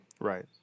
right